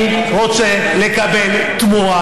אני רוצה לקבל תמורה